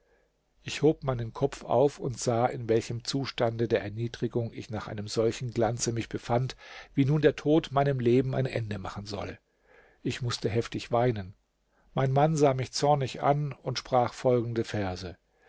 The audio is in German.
ich hob meinen kopf auf und sah in welchem zustande der erniedrigung ich nach einem solchen glanze mich befand wie nun der tod meinem leben ein ende machen solle ich mußte heftig weinen mein mann sah mich zornig an und sprach folgende verse